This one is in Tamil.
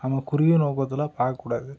நம்ம குறுகிய நோக்கத்தில் பார்க்கக்கூடாது